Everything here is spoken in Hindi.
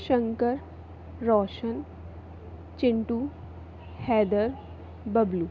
शंकर रौशन चिंटू हैदर बबलू